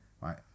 right